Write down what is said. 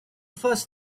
first